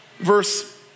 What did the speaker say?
Verse